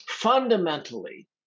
fundamentally